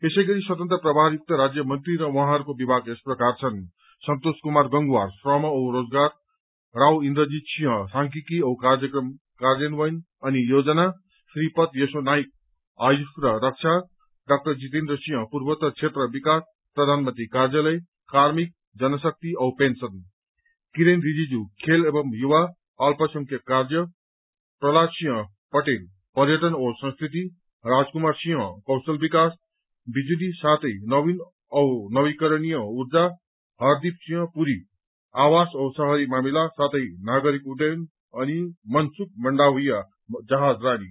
यसैगरी स्वतन्त्र प्रभारयुक्त राज्य मन्त्री र उहाँहरूको विमाग यस प्रकार छन् सन्तोष कुमार गंगवार श्रम औ रोजगार राव इन्द्रजीत सिंह सांख्यिकी औ कार्यक्रम कार्यान्वयन अनि योजना श्रीपद यशो नायक आयुष र रक्षा डा जितेन्द्र सिंह पूर्वोत्तर क्षेत्र विकास प्रधानमन्त्री कार्यालय कार्मिक जनशक्ति औ पेन्शन किरेन रिजिजू खेल एवं युवा अल्पसंख्यक कार्य प्रल्हाद सिंह पटेल पर्यटन औ संस्कृति राज कुमार सिंह कौशल विकास बिजुली नवीन औ नवीकरणीय ऊर्जा हरदिप सिंह पुरी आवास औ शहरी मामिला साथै नागरिक उड्डयन अनि मनसुख माण्डाविया जहाजरानी